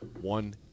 one